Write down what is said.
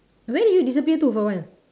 where did you disappear to for a while